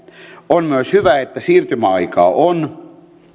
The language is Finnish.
on myös hyvä että siirtymäaikaa on